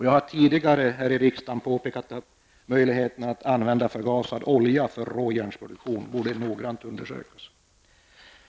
Jag har tidigare här i riksdagen påpekat att möjligheterna att använda förgasad olja för råjärnsproduktion borde noggrant undersökas.